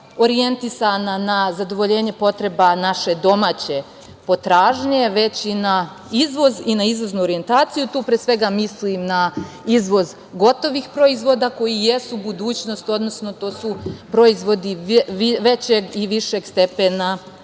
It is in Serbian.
orijentisana na zadovoljenje potreba naše domaće potražnje, već i na izvoz i izvoznu orijentaciju. Tu pre svega mislim na izvoz gotovih proizvoda koji jesu budućnost, odnosno to su proizvodi većeg i višeg stepena